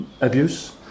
abuse